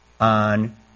on